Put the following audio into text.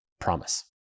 Promise